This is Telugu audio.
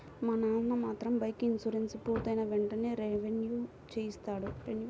మా నాన్న మాత్రం బైకుకి ఇన్సూరెన్సు పూర్తయిన వెంటనే రెన్యువల్ చేయిస్తాడు